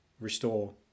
restore